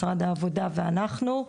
משרד העבודה ואנחנו,